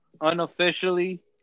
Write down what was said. Unofficially